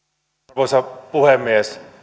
arvoisa puhemies